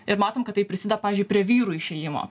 ir matom kad tai prisida pavyzdžiui prie vyrų išėjimo